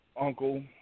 uncle